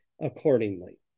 accordingly